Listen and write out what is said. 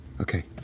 Okay